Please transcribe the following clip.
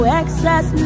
excess